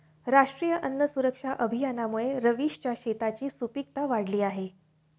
राष्ट्रीय अन्न सुरक्षा अभियानामुळे रवीशच्या शेताची सुपीकता वाढली आहे